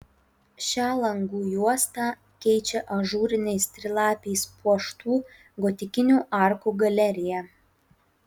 šią langų juostą keičia ažūriniais trilapiais puoštų gotikinių arkų galerija